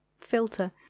filter